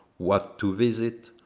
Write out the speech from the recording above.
what to visit,